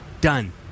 Done